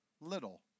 little